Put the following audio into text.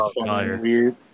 weird